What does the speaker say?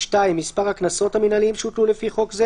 (2) מספר הקנסות המינהליים שהוטלו לפי חוק זה